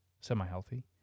semi-healthy